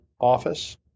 office